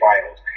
Finals